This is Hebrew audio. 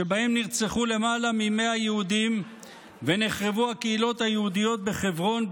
שבהם נרצחו למעלה מ-100 יהודים ונחרבו הקהילות היהודיות בחברון,